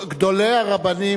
גדולי הרבנים,